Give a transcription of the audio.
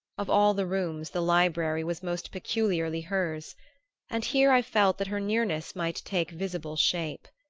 of all the rooms the library was most peculiarly hers and here i felt that her nearness might take visible shape.